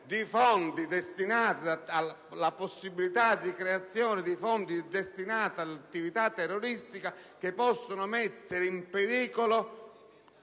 dando luogo alla possibilità di creazione di fondi destinati ad attività terroristica che possono mettere in pericolo